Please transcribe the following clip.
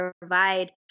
provide